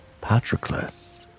Patroclus